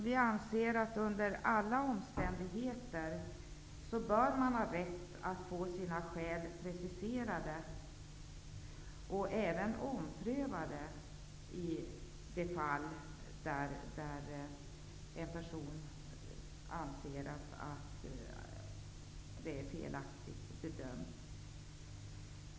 Vi anser att man under alla omständigheter bör ha rätt att få sina skäl preciserade och även omprövade i de fall där man anser att bedömningen är felaktig.